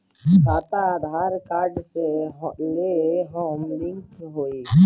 खाता आधार कार्ड से लेहम लिंक होई?